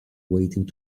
waiting